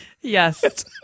Yes